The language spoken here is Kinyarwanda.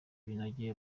binogeye